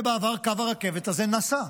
ובעבר קו הרכבת הזה נסע,